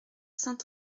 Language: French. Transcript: saint